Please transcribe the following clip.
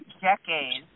decades